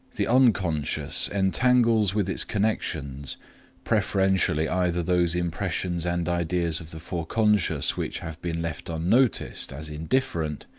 the unconscious entangles with its connections preferentially either those impressions and ideas of the foreconscious which have been left unnoticed as indifferent,